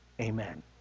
amen